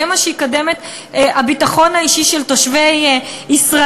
זה מה שיקדם את הביטחון האישי של תושבי ישראל.